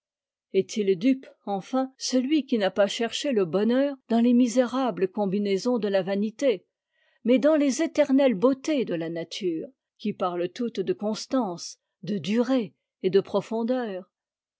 est-il dupe enfin celui qui n'a pas cherché le bonheur dans les misérables combinaisons de la vanité mais dans les éternelles beautés de la nature qui parlent toutes de constance de durée et de profondeur